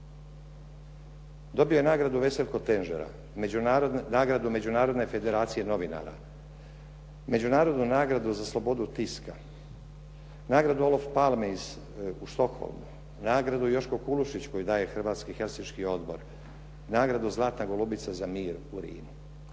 Dobio je nagradu "Veselko Tenžera", nagradu Međunarodne federacije novinara, međunarodnu nagradu za slobodu tiska, nagradu …/Govornik se ne razumije./… Palme u Stockholmu, nagradu "Joško Kulušić" koju daje Hrvatski helsinški odbor, nagradu "Zlatna golubica za mir" u Rimu.